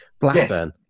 Blackburn